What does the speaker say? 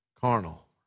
carnal